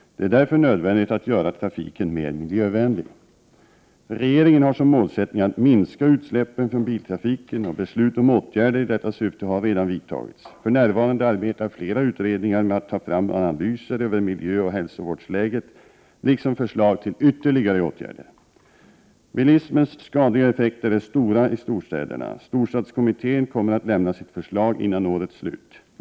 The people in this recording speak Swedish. Det är därför nödvändigt att göra trafiken mer miljövänlig. Regeringen har som målsättning att minska utsläppen från biltrafiken, och beslut om åtgärder i detta syfte har redan fattats. För närvarande arbetar flera utredningar med att ta fram analyser över miljöoch hälsovårdsläget liksom förslag till ytterligare åtgärder. Bilismens skadliga effekter är stora i storstäderna. Storstadstrafikkommittén kommer att lämna sitt förslag före årets slut.